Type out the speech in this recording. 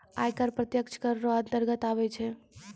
आय कर प्रत्यक्ष कर रो अंतर्गत आबै छै